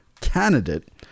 candidate